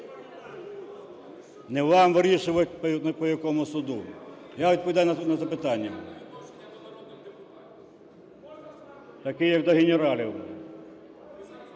Не вам вирішувати, по якому суду. Я відповідаю на запитання. (Шум у залі) Таке, як до генералів.